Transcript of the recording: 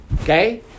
Okay